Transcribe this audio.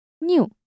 new